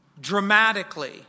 dramatically